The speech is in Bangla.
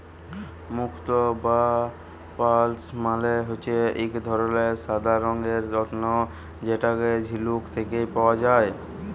মুক্ত বা পার্লস মালে হচ্যে এক ধরলের সাদা রঙের রত্ন যেটা ঝিলুক থেক্যে পাওয়া যায়